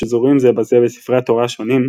השזורים זה בזה בספרי התורה השונים,